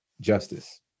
justice